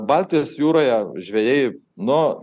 baltijos jūroje žvejai nu